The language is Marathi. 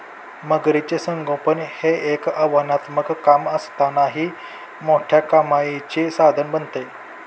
मगरीचे संगोपन हे एक आव्हानात्मक काम असतानाही मोठ्या कमाईचे साधन बनते